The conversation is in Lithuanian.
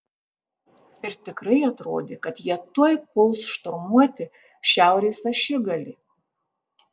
ir tikrai atrodė kad jie tuoj puls šturmuoti šiaurės ašigalį